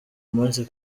munsi